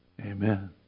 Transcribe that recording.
Amen